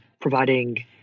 providing